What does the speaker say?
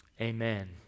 Amen